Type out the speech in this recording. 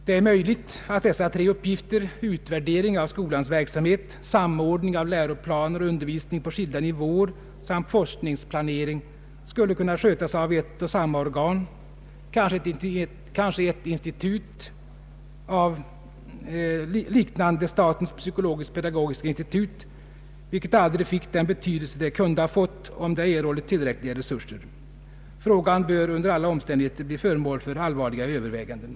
Det är möjligt att dessa tre uppgifter — utvärdering av skolans verksamhet, samordning av läroplaner och undervisning på skilda nivåer samt forskningsplanering — skulle kunna skötas av ett och samma organ, kanske ett institut liknande statens psykologisk-pedagogiska institut, vilket aldrig fick den betydelse det kunde ha fått, om det erhållit tillräckliga resurser. Frågan bör under alla omständigheter bli föremål för allvarliga överväganden.